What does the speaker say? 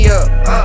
up